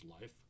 life